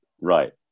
Right